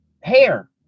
hair